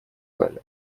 зале